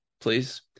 please